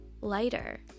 lighter